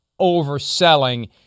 overselling